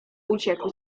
uciekł